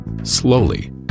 Slowly